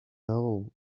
all